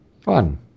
Fun